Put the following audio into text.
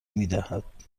میدهد